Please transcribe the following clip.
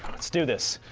let's do this.